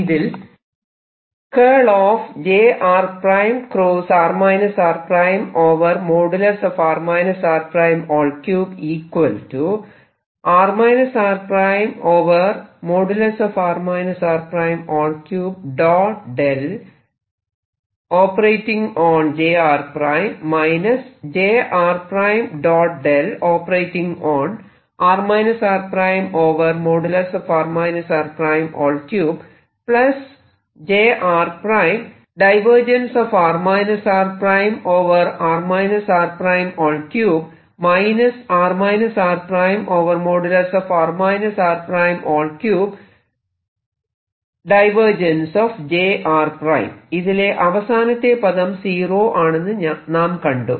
ഇതിൽ ഇതിലെ അവസാനത്തെ പദം സീറോ ആണെന്ന് നാം കണ്ടു